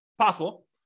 possible